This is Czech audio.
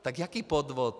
Tak jaký podvod?